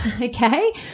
okay